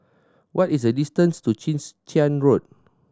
what is the distance to Chwee Chian Road